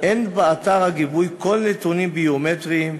אין באתר הגיבוי כל נתונים ביומטריים.